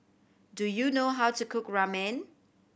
do you know how to cook Ramen